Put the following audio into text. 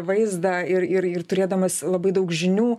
vaizdą ir ir turėdamas labai daug žinių